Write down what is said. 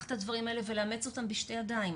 לקחת את הדברים האלה ולאמץ אותם בשתי ידיים.